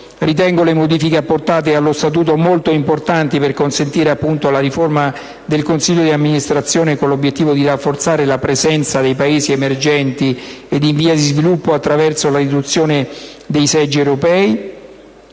Fondo monetario internazionale siano molto importanti per consentire - appunto - la riforma del relativo consiglio di amministrazione, con l'obiettivo di rafforzare la presenza dei Paesi emergenti e in via di sviluppo, attraverso la riduzione dei seggi europei.